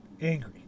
angry